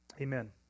Amen